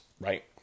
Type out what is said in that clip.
right